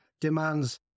demands